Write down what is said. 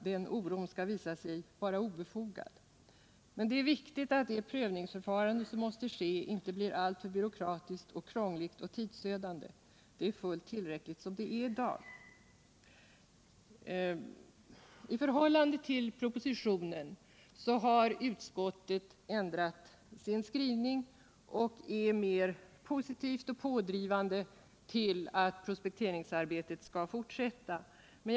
Det är viktigt att det prövningsförfarande som måste ske inte blir alltför byråkratiskt och krångligt och tidsödande. Det är fullt tillräckligt som det är i dag. Utskottets skrivning innebär en ändring i förhållande till propositionen, och den skrivningen är mer positiv och pådrivande vad gäller en fortsättning av prospekteringsarbetet.